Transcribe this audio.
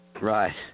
Right